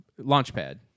Launchpad